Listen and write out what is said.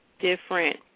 different